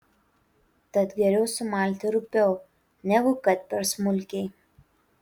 tad geriau sumalti rupiau negu kad per smulkiai